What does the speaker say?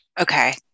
Okay